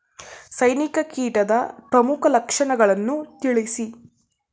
ಸೈನಿಕ ಕೀಟದ ಪ್ರಮುಖ ಲಕ್ಷಣಗಳನ್ನು ತಿಳಿಸಿ?